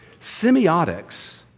Semiotics